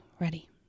Ready